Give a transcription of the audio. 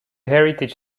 heritage